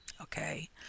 Okay